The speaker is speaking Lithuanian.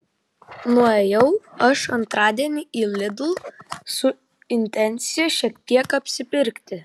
nuėjau aš antradienį į lidl su intencija šiek tiek apsipirkti